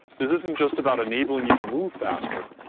this isn't just about enabling you to move faster,